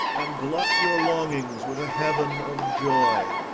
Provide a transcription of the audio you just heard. and glut your longings with a heaven of joy.